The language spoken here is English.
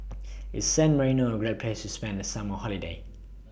IS San Marino A Great Place spend The Summer Holiday